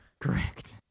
Correct